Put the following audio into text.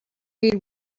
read